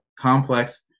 complex